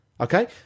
Okay